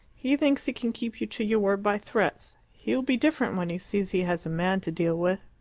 he thinks he can keep you to your word by threats. he will be different when he sees he has a man to deal with.